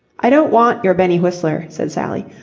i don't want your benny whistler, said sally.